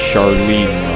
Charlene